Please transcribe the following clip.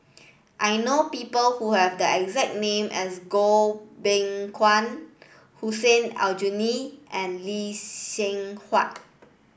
I know people who have the exact name as Goh Beng Kwan Hussein Aljunied and Lee Seng Huat